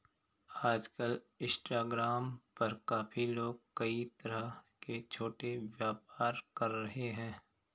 आजकल इंस्टाग्राम पर काफी लोग कई तरह के छोटे व्यापार कर रहे हैं